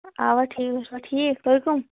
اَوا ٹھیٖک تُہۍ چھُوا ٹھیٖک تُہۍ کٕم